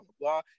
blah